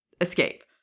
escape